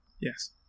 Yes